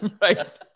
Right